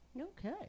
Okay